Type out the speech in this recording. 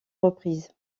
reprises